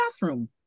bathroom